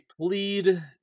plead